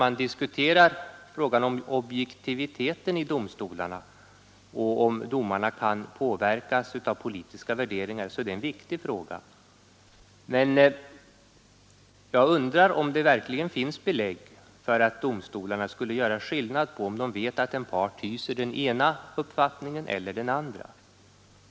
Jag vill framhålla att objektiviteten hos domstolarna och frågan om domarna kan påverkas av politiska värderingar är viktiga spörsmål. Men jag undrar om det verkligen finns belägg för att domstolarnas bedömning skulle påverkas av att de vet att en part hyser den ena politiska uppfattningen eller den andra.